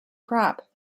crop